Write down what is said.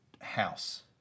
house